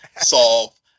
solve